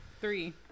Three